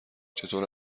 چطور